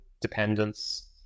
dependence